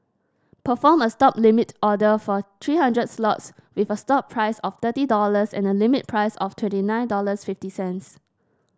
perform a stop limit order for three hundred lots with a stop price of thirty dollars and a limit price of twenty nine dollars fifty cents